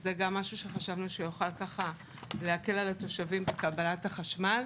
שזה גם משהו שחשבנו שיוכל להקל על התושבים בקבלת החשמל.